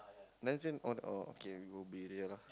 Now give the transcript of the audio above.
Nancy oder all okay we Ubi area lah